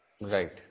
Right